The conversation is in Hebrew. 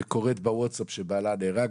והיא קוראת בווטסאפ שבעלה נהרג,